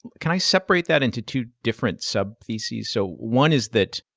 can i separate that into two different sub-theses? so one is that,